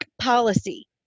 policy